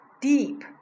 deep